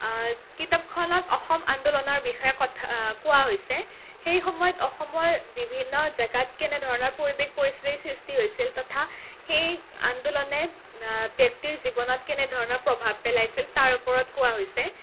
কিতাপখনত অসম আন্দোলনৰ বিষয়ে কথা কোৱা হৈছে সেই সময়ত অসমৰ বিভিন্ন জেগাত কেনে ধৰণৰ পৰিৱেশ পৰিস্থিতিৰ সৃষ্টি হৈছিল তথা সেই আন্দোলনে ব্যক্তিৰ জীৱনত কেনেধৰণৰ প্ৰভাৱ পেলাইছিল তাৰ ওপৰত কোৱা হৈছে